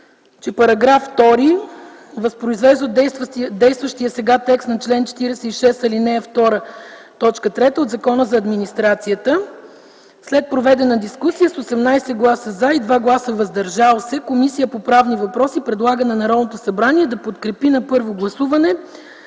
че § 2 възпроизвежда действащия текст на чл. 46а, ал.2, т. 3 от Закона за администрацията. След проведената дискусия с 18 гласа „за” и 2 гласа ”въздържал се” Комисията по правни въпроси предлага на Народното събрание да подкрепи на първо гласуване